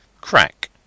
CRACK